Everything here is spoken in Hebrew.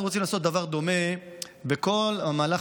אנחנו רוצים לעשות דבר דומה בכל המהלך